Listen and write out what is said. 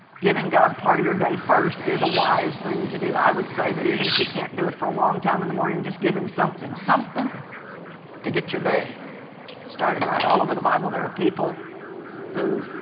giving god part of your day first is a wise thing to do i would say that even if you can't do it for a long time in the morning, just give him something something to get your day started right. all over the bible there are people who